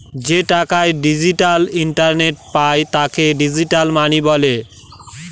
যে টাকা ডিজিটাল ইন্টারনেটে পায় তাকে ডিজিটাল মানি বলে